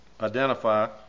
identify